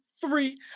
three